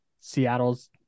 Seattle's